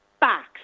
box